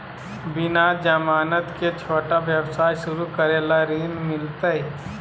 बिना जमानत के, छोटा व्यवसाय शुरू करे ला ऋण मिलतई?